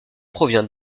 provient